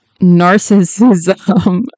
narcissism